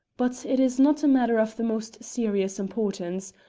but it is not a matter of the most serious importance.